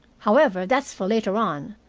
however, that's for later on.